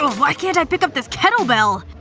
why can't i pick up this kettlebell?